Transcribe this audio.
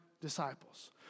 disciples